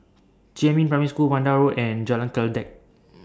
Jiemin Primary School Vanda Road and Jalan Kledek